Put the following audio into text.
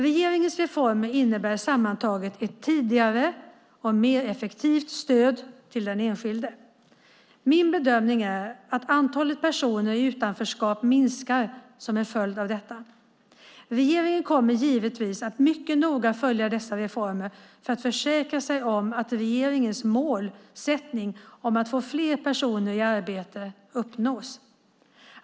Regeringens reformer innebär sammantaget ett tidigare och mer effektivt stöd till den enskilde. Min bedömning är att antalet personer i utanförskap minskar som en följd av detta. Regeringen kommer givetvis att mycket noga följa dessa reformer för att försäkra sig om att regeringens målsättning om att få fler människor i arbete uppnås.